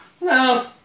No